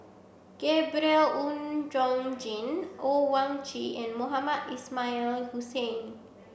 Gabriel Oon Chong Jin Owyang Chi and Mohamed Ismail Hussain